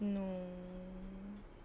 no